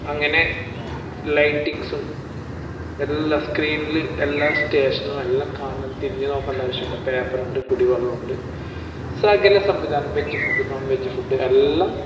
അങ്ങനെ ലൈറ്റിങ്സും എല്ലാ സ്ക്രീനിൽ എല്ലാ സ്റ്റേഷനും എല്ലാം കാണുന്നുണ്ട് തിരിഞ്ഞു നോക്കേണ്ട ആവശ്യമില്ല പേപ്പർ ഉണ്ട് കുടി വെള്ളമുണ്ട് സകല സംവിധാനം veg food non veg food എല്ലാം